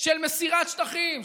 של מסירת שטחים,